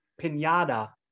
pinata